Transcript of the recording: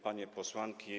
Panie Posłanki!